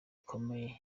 gikomeye